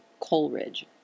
Coleridge